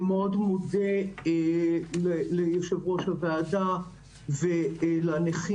אני מאוד מודה ליושב-ראש הוועדה ולנכים,